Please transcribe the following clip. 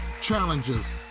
Challenges